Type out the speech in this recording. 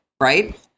right